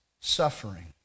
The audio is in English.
suffering